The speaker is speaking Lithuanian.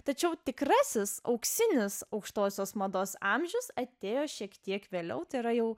tačiau tikrasis auksinis aukštosios mados amžius atėjo šiek tiek vėliau tai yra jau